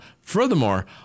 Furthermore